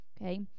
okay